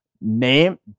Name –